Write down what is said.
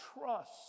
trust